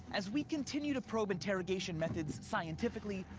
as we continue to probe interrogation methods scientifically,